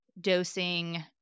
dosing